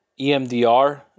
EMDR